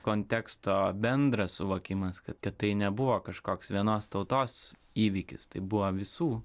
konteksto bendras suvokimas kad kad tai nebuvo kažkoks vienos tautos įvykis tai buvo visų